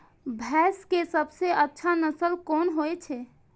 भैंस के सबसे अच्छा नस्ल कोन होय छे?